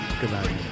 Goodbye